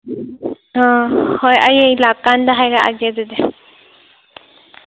ꯑꯥ ꯍꯣꯏ ꯑꯩ ꯂꯥꯛꯄ ꯀꯥꯟꯗ ꯍꯥꯏꯔꯛꯑꯒꯦ ꯑꯗꯨꯗꯤ